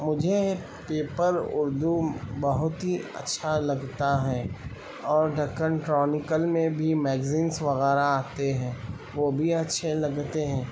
مجھے پیپر اردو بہت ہی اچھا لگتا ہے اور دکن ٹرانیکل میں بھی میگزین وغیرہ آتے ہیں وہ بھی اچھے لگتے ہیں